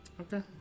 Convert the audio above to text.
Okay